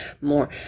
more